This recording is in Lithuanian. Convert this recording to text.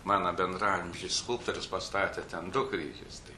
mano bendraamžis skulptorius pastatė ten du kryžius tai